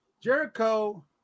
Jericho